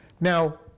Now